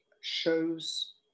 shows